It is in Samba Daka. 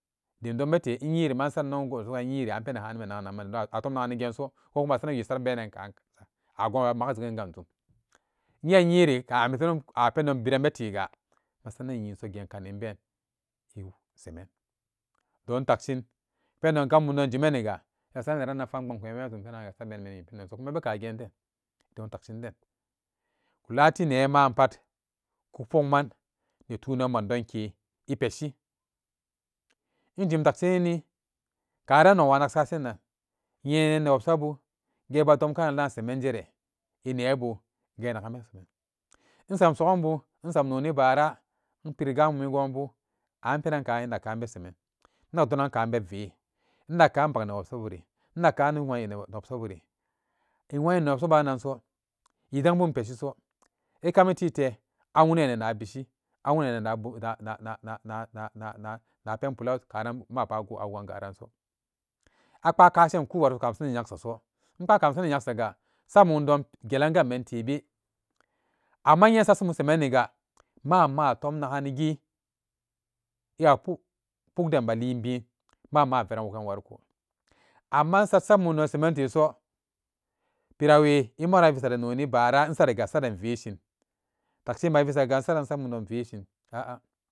Dim don bete in nyirima in saran in nyirima a tom naga ni genso komima a saranan wi sarum benan kan a gonbe maga jegen kajum inye in nyiri ka masanan a pendon biran bete ga masanan in nyiso gen kanin ben ɛ semen don takshin pendon gammumdon jime niga masaran neran penan nagan minan nyeme pendon so kuma be kageden don takshin de, kulati neman pat ku pokman neetunan mandonke ɛ peshi ijim taksinani karan nokwa naksashi, nan yenani newobsabu ge ba domkanan lam seman jere ɛ nebu gen nagan be semen in sam sogombu in sam noni, baara in piri gammum ri gonbu an penankan innakkan be semen innak donan kan be ve innakkan inbak newobsaburi innakkan in wonyi newobsaburi, ɛ nwoyin newobsabanaso ɛ zangbun peshi so ɛ kami tite a wuniyenan na bishi na wuniyenan na bum na na na na pen pula karan mapa agu awugan garanso. A kpaa kasen ku wariko ka masanan nenyeksuso in kpaa ka masanan nyeksa ga samumdon gelang den ben tebe amma inye in sa samun semanniga ma'ama a tom nagan rigi iwapuk pukden belin bin ma'ama a veran wugan wariko amma insa samumdon semen teso pirawe ɛ viso noni baara in sariya aden vestin taksin ɛ mavisaga in samumdon veshin a'a